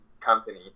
company